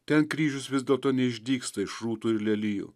ten kryžius vis dėlto neišdygsta iš rūtų ir lelijų